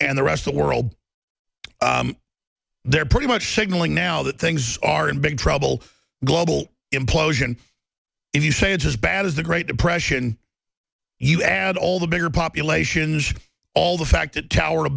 and the rest of the world there pretty much signaling now that things are in big trouble global implosion if you say it's as bad as the great depression you add all the bigger populations all the fact that tower